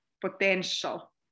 potential